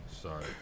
Sorry